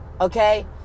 Okay